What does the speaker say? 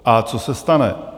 A co se stane?